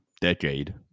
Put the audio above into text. decade